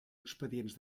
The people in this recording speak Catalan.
expedients